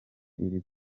iri